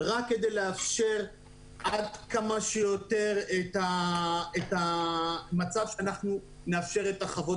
רק כדי לאפשר עד כמה שיותר את המצב שנאשר את חוות